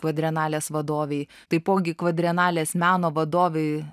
kvadrenalės vadovei taipogi kvadrenalės meno vadovei